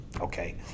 okay